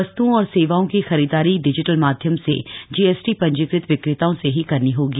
वस्त्रओं और सेवाओं की खरीददारी डिजिटल माध्यम से जीएसटी ंजीकृत विक्रेताओं से ही करनी होगी